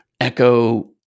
Echo